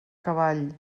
cavall